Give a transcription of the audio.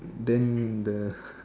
then the